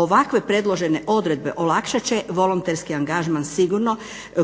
Ovakve predložene odredbe olakšat će volonterski angažman sigurno